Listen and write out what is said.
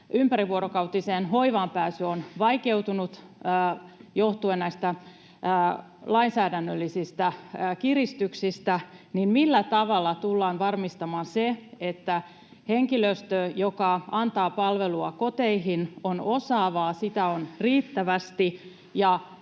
ympärivuorokautiseen hoivaan pääsy on vaikeutunut johtuen näistä lainsäädännöllisistä kiristyksistä: Millä tavalla tullaan varmistamaan se, että henkilöstö, joka antaa palvelua koteihin, on osaavaa ja sitä on riittävästi?